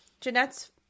Jeanette's